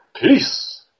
Peace